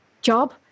job